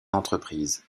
entreprises